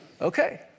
Okay